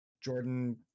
Jordan